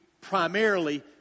primarily